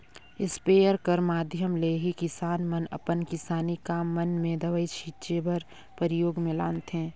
sprayer कर माध्यम ले ही किसान मन अपन किसानी काम मन मे दवई छीचे बर परियोग मे लानथे